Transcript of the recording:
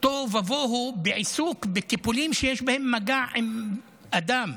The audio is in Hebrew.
תוהו ובוהו בעיסוק בטיפולים שיש בהם מגע עם אדם,